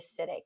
acidic